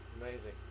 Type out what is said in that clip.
amazing